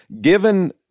given